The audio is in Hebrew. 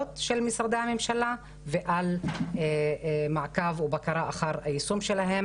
של משרדי הממשלה ועל מעקב ובקרה אחר היישום שלהם.